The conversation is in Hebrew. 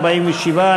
47,